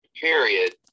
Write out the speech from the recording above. period